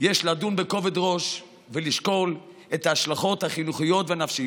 יש לדון בכובד ראש ולשקול את ההשלכות החינוכיות והנפשיות.